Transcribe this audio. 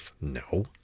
No